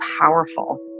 powerful